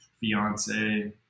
fiance